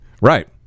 right